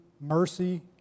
mercy